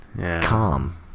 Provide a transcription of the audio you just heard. calm